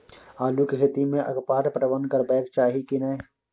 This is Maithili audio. आलू के खेती में अगपाट पटवन करबैक चाही की नय?